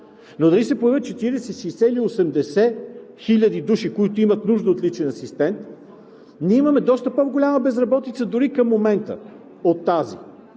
Но дали ще се появят 40, 60 или 80 хиляди души, които имат нужда от личен асистент, ние имаме доста по-голяма безработица, дори към момента.